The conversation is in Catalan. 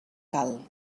cal